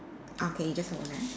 ah K you just hold on ah